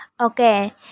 okay